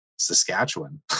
Saskatchewan